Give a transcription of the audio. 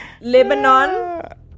Lebanon